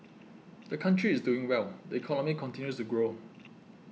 the country is doing well the economy continues to grow